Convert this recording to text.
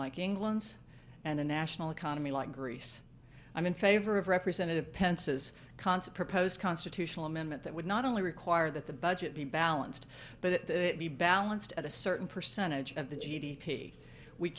like england and the national economy like greece i'm in favor of representative pence's concert proposed constitutional amendment that would not only require that the budget be balanced but it be balanced at a certain percentage of the g